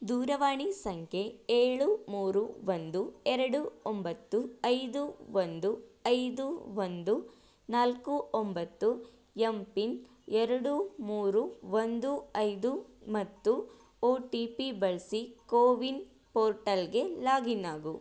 ದೂರವಾಣಿ ಸಂಖ್ಯೆ ಏಳು ಮೂರು ಒಂದು ಎರಡು ಒಂಬತ್ತು ಐದು ಒಂದು ಐದು ಒಂದು ನಾಲ್ಕು ಒಂಬತ್ತು ಎಮ್ ಪಿನ್ ಎರಡು ಮೂರು ಒಂದು ಐದು ಮತ್ತು ಒ ಟಿ ಪಿ ಬಳಸಿ ಕೋವಿನ್ ಪೋರ್ಟಲ್ಗೆ ಲಾಗಿನ್ ಆಗು